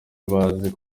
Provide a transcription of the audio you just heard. bazi